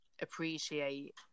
appreciate